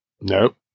Nope